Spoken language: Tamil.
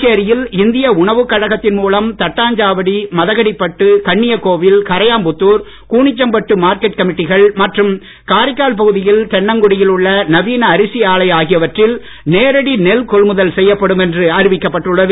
புதுச்சேரியில் இந்திய உணவு கழகத்தின் மூலம் தட்டாஞ்சாவடி மதகடிப்பட்டு கன்னியக்கோவில் கரையாம்புத்தூர் கூனிச்சம்பட்டு மார்க்கட் கமிட்டிகள் மற்றும் காரைக்கால் பகுதியில் தென்னங்குடியில் உள்ள நவீன அரிசி ஆலை ஆகியவற்றில் நேரடி நெல் கொள்முதல் செய்யப்படும் என்று அறிவிக்கப்பட்டுள்ளது